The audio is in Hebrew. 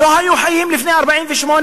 לא היו חיים לפני 1948?